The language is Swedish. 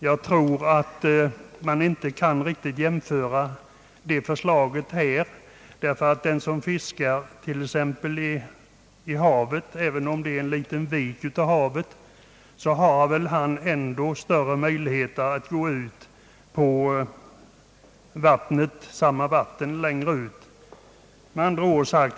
Jag tror inte att man kan göra en direkt jämförelse, därför att den som fiskar i havet, även om det är en liten vik av havet, har större möjligheter att gå längre ut.